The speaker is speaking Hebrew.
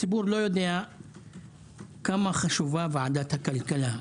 הציבור לא יודע כמה חשובה ועדת הכלכלה.